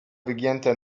wygięte